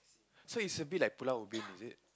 so is a bit like Pulau-Ubin is it